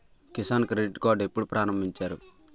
Kisan credit card ఎప్పుడు ప్రారంభించారు?